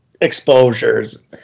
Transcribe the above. exposures